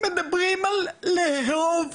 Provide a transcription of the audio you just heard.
מדברים פה על לאהוב.